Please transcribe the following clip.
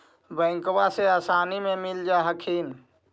बैंकबा से आसानी मे मिल जा हखिन?